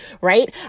right